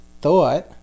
thought